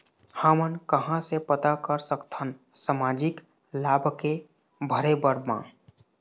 हमन कहां से पता कर सकथन सामाजिक लाभ के भरे बर मा?